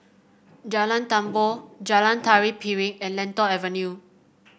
Jalan Tambur Jalan Tari Piring and Lentor Avenue